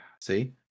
See